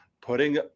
putting